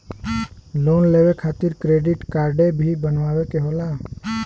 Loan लेवे खातिर credit काडे भी बनवावे के होला?